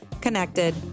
connected